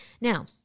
Now